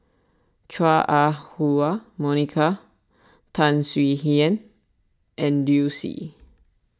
Chua Ah Huwa Monica Tan Swie Hian and Liu Si